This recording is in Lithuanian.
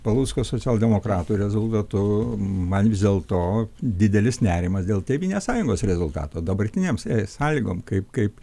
palucko socialdemokratų rezultatu man vis dėlto didelis nerimas dėl tėvynės sąjungos rezultato dabartinėm sąlygom kaip kaip